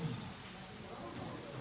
Hvala vam